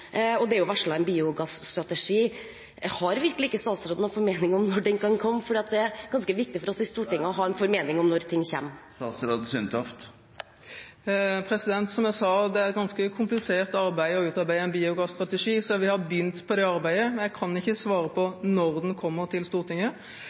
en biogasstrategi. Har virkelig ikke statsråden noen formening om når den kan komme? Det er ganske viktig for oss i Stortinget å ha en formening om når ting kommer. Det er et ganske komplisert arbeid å utarbeide en biogasstrategi, så vi har begynt på det arbeidet, men jeg kan ikke svare på